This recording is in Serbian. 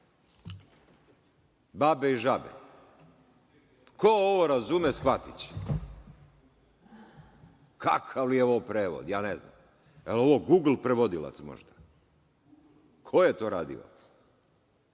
Babe i žabe. Ko ovo razume, shvatiće. Kakav je ovo prevod, ja ne znam, jel ovo gugl prevodilac možda? Ko je to radio?